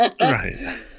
Right